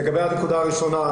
לגבי הנקודה הראשונה,